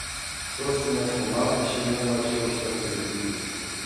sostinės komandai šiame mače užtenka lygiųjų